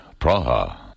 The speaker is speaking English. Praha